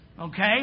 Okay